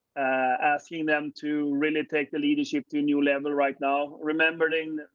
asking them to really take the leadership to a new level right now. remembering,